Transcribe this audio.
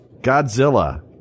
Godzilla